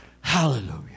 Hallelujah